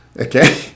Okay